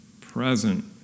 present